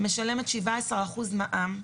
אני משלמת 17 אחוזים מע"מ,